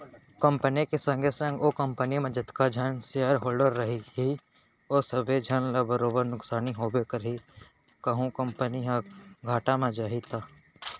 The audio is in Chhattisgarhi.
कंपनी के संगे संग ओ कंपनी म जतका झन सेयर होल्डर रइही ओ सबे झन ल बरोबर नुकसानी होबे करही कहूं कंपनी ह घाटा म जाही त